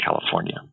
California